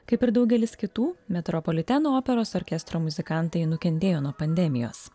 kaip ir daugelis kitų metropoliteno operos orkestro muzikantai nukentėjo nuo pandemijos